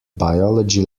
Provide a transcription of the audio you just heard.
biology